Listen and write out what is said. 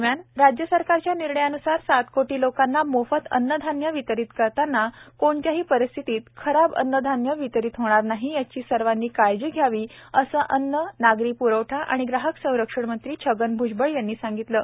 दरम्यान राज्य सरकारच्या निर्णयान्सार सात कोटी लोकांना मोफत अन्नधान्य वितरित करताना कोणत्याही परिस्थितीत खराब अन्नधान्य वितरीत होणार नाही याची सर्वांनी काळजी घ्यावी असं अन्न नागरी प्रवठा व ग्राहक संरक्षण मंत्री छगन भ्जबळ यांनी सांगितलं आहे